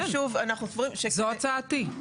כן, זו הצעתי.